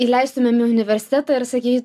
įleistumėm į universitetą ir saky